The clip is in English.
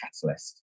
catalyst